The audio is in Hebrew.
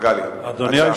מגלי והבה.